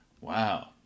wow